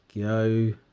go